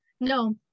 no